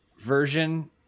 version